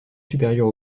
supérieur